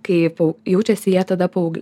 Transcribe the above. kai pau jaučiasi jie tada paug